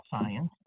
science